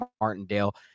Martindale